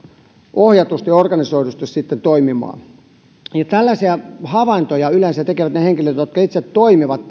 ohjatusti ja organisoidusti sitten toimimaan tällaisia havaintoja yleensä tekevät ne henkilöt jotka itse toimivat